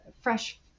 fresh